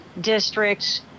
districts